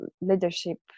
leadership